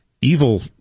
evil